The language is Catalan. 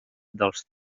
dels